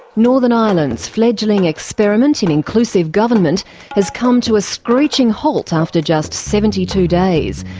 northern ireland's fledgling experiment in inclusive government has come to a screeching halt after just seventy two days,